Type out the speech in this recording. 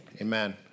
Amen